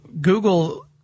Google